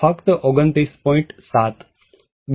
ફક્ત 29